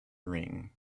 ring